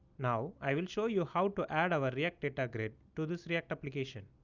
now i will show you how to add our react data grid to this react application.